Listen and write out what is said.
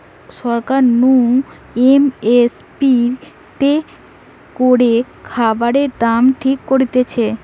সরকার নু M S P তে করে খাবারের দাম ঠিক করতিছে